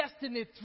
destiny